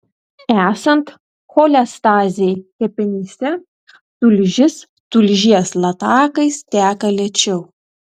esant cholestazei kepenyse tulžis tulžies latakais teka lėčiau